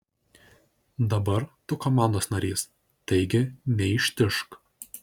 dabar tu komandos narys taigi neištižk